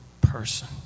person